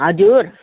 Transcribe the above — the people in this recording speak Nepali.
हजुर